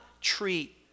treat